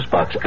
Box